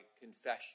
confession